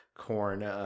Corn